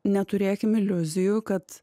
neturėkim iliuzijų kad